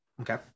Okay